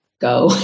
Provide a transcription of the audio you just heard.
go